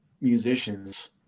musicians